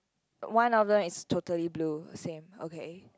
one of them is totally blue same okay